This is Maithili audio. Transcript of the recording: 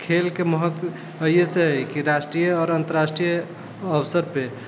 खेलके महत्व अहियेसँ है की राष्ट्रीय आओर अन्तर्राष्ट्रीय अवसरपर